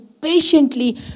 patiently